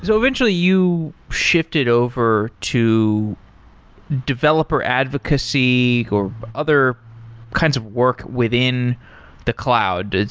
so eventually you shifted over to developer advocacy or other kinds of work within the cloud,